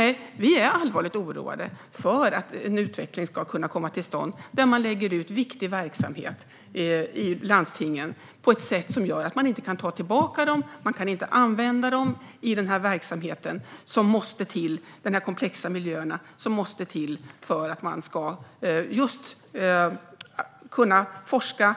Nej, vi är allvarligt oroade för att en utveckling ska komma till stånd där man lägger ut viktiga verksamheter i landstingen på ett sätt som gör att man inte kan ta tillbaka dem. Då kan man inte använda dem i den verksamhet och i de komplexa miljöer som måste till för att man ska kunna forska,